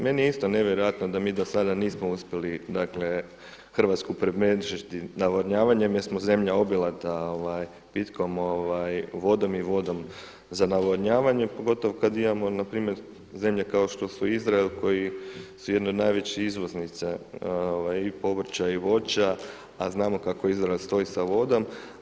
Meni je isto nevjerojatno da mi do sada nismo uspjeli, dakle Hrvatsku premrežiti navodnjavanjem jer smo zemlja obilata pitkom vodom i vodom za navodnjavanje pogotovo kad imamo na primjer zemlje kao što su Izrael koji su jedni od najvećih izvoznica i povrća i voća, a znamo kako Izrael stoji sa vodom.